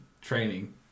training